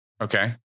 Okay